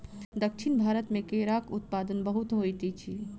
दक्षिण भारत मे केराक उत्पादन बहुत होइत अछि